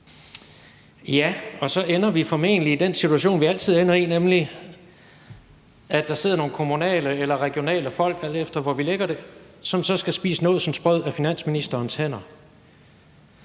Ja, og så ender vi formentlig i den situation, vi altid ender i, nemlig at der sidder nogle kommunale eller regionale folk, alt efter hvor vi lægger det, som så skal spise nådsensbrød af finansministerens hænder.